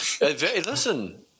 listen